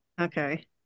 Okay